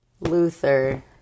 Luther